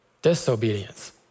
disobedience